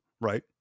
right